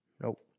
Nope